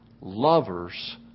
lovers